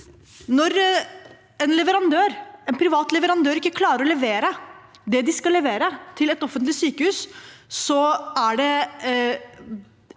Når en privat leverandør ikke klarer å levere det de skal levere til et offentlig sykehus,